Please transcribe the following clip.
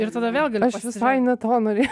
ir tada vėlgi aš visai ne to norėjau